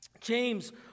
James